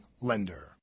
Lender